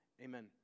Amen